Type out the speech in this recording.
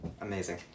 Amazing